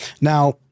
Now